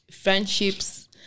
friendships